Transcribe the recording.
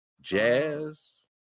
Jazz